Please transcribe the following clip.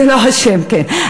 זה לא השם, כן.